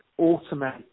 automate